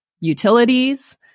utilities